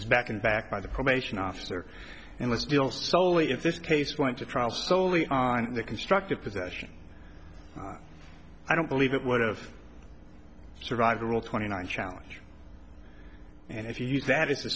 was back in back by the probation officer and was still soley if this case went to trial solely on the constructive possession i don't believe it would have survived rule twenty nine challenge and if you use that as a